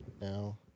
now